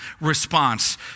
response